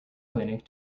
clinic